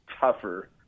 tougher